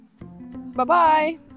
Bye-bye